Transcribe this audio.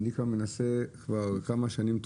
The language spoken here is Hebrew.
אני מנסה כבר כמה שנים טובות,